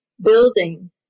building